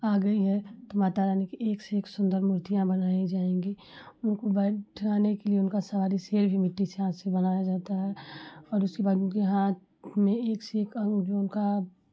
आ गई है तो माता रानी की एक से एक सुन्दर मूर्तियाँ बनाई जाएँगी उनको बैठाने के लिए उनकी सवारी शेर भी मिट्टी से हाथ से बनाया जाता है और उसके बाद उनके हाथ में एक से एक अंग में उनका